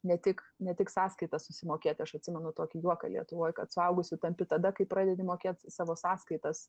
ne tik ne tik sąskaitas susimokėt aš atsimenu tokį juoką lietuvoj kad suaugusiu tampi tada kai pradedi mokėt savo sąskaitas